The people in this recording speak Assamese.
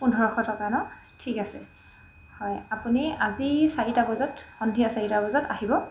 পোন্ধৰশ টকা ন ঠিক আছে হয় আপুনি আজি চাৰিটা বজাত সন্ধিয়া চাৰিটা বজাত আহিব